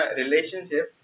relationship